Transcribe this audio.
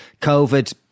COVID